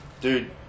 Dude